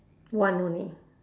one only